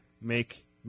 Make